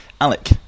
Alec